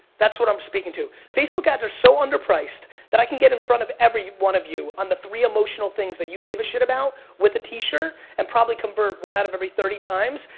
that's what i'm speaking to. facebook ads are so underpriced that i can get in front of every one of you on the three emotional things that you give a shit about with a t-shirt and probably convert one out of every thirty times.